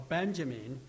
Benjamin